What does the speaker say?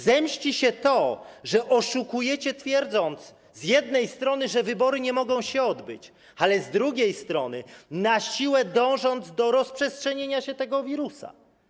Zemści się to, że oszukujecie, twierdząc z jednej strony, że wybory nie mogą się odbyć, ale z drugiej strony na siłę dążąc do rozprzestrzenienia się tego wirusa.